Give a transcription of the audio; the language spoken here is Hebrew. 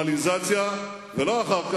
לנורמליזציה, ולא אחר כך,